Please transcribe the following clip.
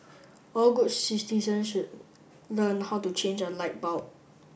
all good citizens should learn how to change a light bulb